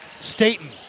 Staten